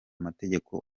amategeko